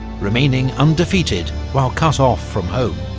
remaining undefeated, while cut-off from home.